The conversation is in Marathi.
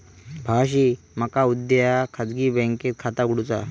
भावाशी मका उद्या खाजगी बँकेत खाता उघडुचा हा